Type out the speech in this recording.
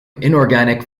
inorganic